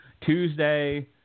Tuesday